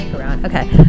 Okay